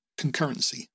concurrency